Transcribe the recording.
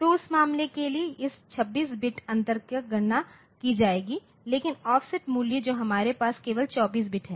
तो उस मामले के लिए इस 26 बिट अंतर की गणना की जाएगी लेकिन ऑफसेट मूल्य जो हमारे पास केवल 24 बिट है